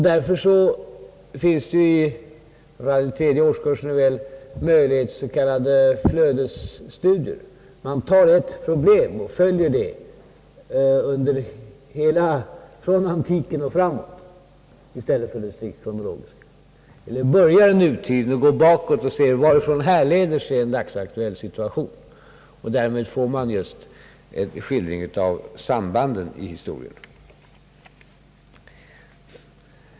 Därför finns det, i varje fall i den tredje årskursen, möjlighet till s.k. flödesstudier, dvs. man följer ett problem låt oss säga från antiken och framåt i tiden, i stället för strikt kronologiska studier, eller börjar i nutiden och undersöker varifrån en dagsaktuell situation härleder sig. På det sättet får man en skildring av samband i historien.